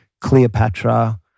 Cleopatra